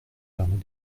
permet